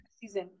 season